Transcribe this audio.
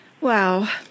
Wow